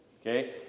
Okay